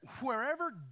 wherever